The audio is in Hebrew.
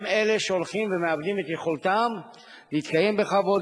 הם שהולכים ומאבדים את יכולתם להתקיים בכבוד,